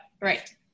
right